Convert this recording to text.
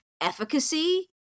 efficacy